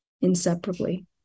inseparably